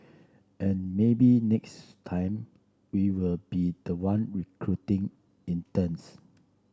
and maybe next time we will be the one recruiting interns